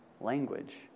language